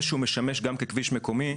בכך שהוא משמש גם ככביש מקומי,